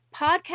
podcast